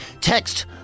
Text